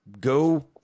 go